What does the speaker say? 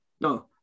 No